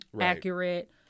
accurate